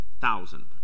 thousand